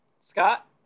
Scott